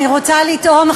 אני רוצה לטעון,